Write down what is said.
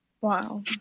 Wow